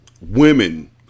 women